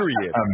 Period